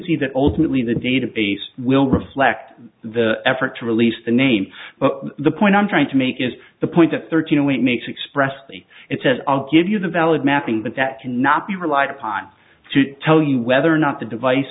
see that ultimately the database will reflect the effort to release the name but the point i'm trying to make is the point at thirteen zero it makes express the it says i'll give you the valid mapping but that cannot be relied upon to tell you whether or not the device